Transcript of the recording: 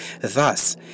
Thus